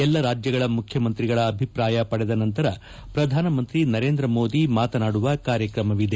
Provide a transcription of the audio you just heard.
ಎಲ್ಲಾ ರಾಜ್ಯಗಳ ಮುಖ್ಯಮಂತ್ರಿಗಳ ಅಭಿಪ್ರಾಯ ಪಡೆದ ನಂತರ ಪ್ರಧಾನಮಂತ್ರಿ ನರೇಂದ್ರಮೋದಿ ಮಾತನಾಡುವ ಕಾರ್ಯಕ್ರಮವಿದೆ